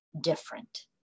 different